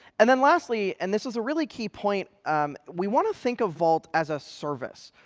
and then lastly and this is a really key point we want to think of vault as a service,